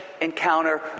encounter